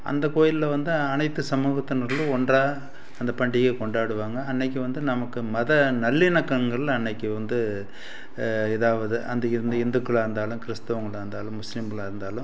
அந்த கோயில்ல வந்து அனைத்து சமூகத்தினர்களும் ஒன்றாக அந்த பண்டிகையை கொண்டாடுவாங்க அன்னைக்கு வந்து நமக்கு மத நல்லிணக்கங்கள் அன்னைக்கு வந்து இதாகுது அந்த இந்து இந்துக்களாக இருந்தாலும் கிறிஸ்தவங்களாக இருந்தாலும் முஸ்லீம்களாக இருந்தாலும்